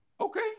Okay